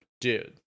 Dude